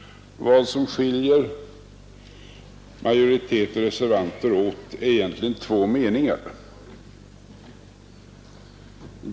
Vad som skiljer majoritet och reservanter åt är egentligen två meningar.